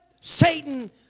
Satan